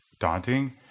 daunting